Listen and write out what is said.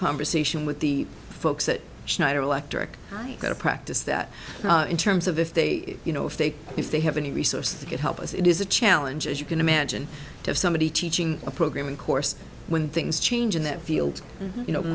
conversation with the folks at schneider electric got to practice that in terms of if they you know if they if they have any resource that could help us it is a challenge as you can imagine somebody teaching a programming course when things change in that field you know